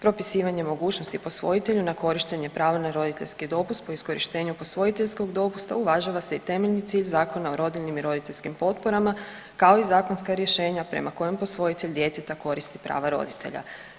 Propisivanje mogućnosti posvojitelju na korištenja prava na roditeljski dopust po iskorištenju posvojiteljskog dopusta, uvažava se i temeljni cilj Zakona o rodiljnim i roditeljskim potporama, kao i zakonska rješenja prema kojem posvojitelj djeteta koristi prava roditelja.